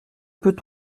peut